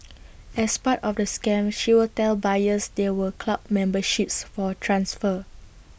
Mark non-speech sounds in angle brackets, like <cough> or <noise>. <noise> as part of the scam she would tell buyers there were club memberships for transfer